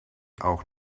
auch